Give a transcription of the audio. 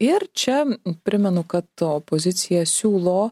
ir čia primenu kad opozicija siūlo